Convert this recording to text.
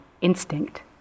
instinct